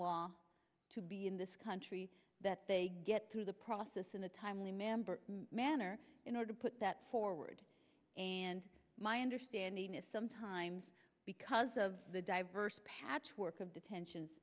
law to be in this country that they get through the process in a timely manner manner in order to put that forward and my understanding is sometimes because of the diverse patchwork of detention